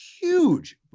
huge